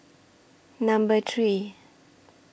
Number three